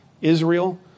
Israel